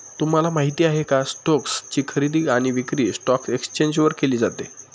तुम्हाला माहिती आहे का? स्टोक्स ची खरेदी आणि विक्री स्टॉक एक्सचेंज वर केली जाते